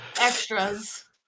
Extras